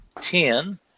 ten